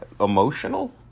emotional